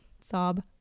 sob